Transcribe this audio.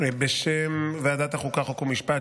בשם ועדת החוקה חוק ומשפט,